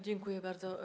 Dziękuję bardzo.